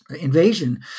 invasion